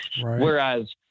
Whereas